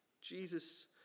Jesus